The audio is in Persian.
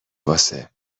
واسه